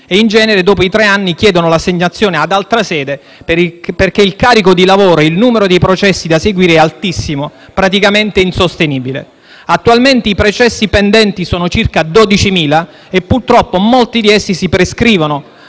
e, in genere, dopo i tre anni, chiedono l'assegnazione ad altra sede perché il carico di lavoro, il numero di processi da seguire è altissimo, praticamente insostenibile. Attualmente i processi pendenti sono circa 12.000 e purtroppo molti di essi si prescrivono,